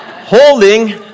holding